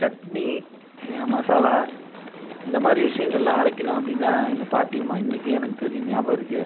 சட்னி மசாலா இந்த மாதிரி விஷயங்கள்லாம் அரைக்கணும் அப்படின்னா எங்கள் பாட்டிமா இன்றைக்கும் எனக்கு தெரியும் நியாபகம் இருக்குது